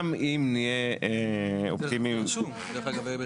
גם אם נהיה אופטימיים, 1